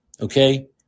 okay